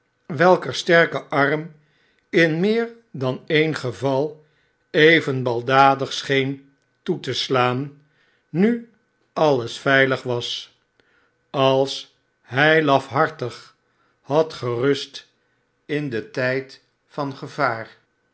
welker sterke arm in meer dan e'en geval even baldadig scheen toe te slaan nu alles veilig was als hij lafhartig had gerust in den tijd van gevaar